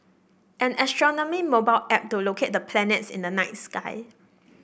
an astronomy mobile app to locate the planets in the night sky